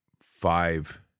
five